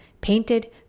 painted